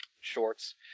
shorts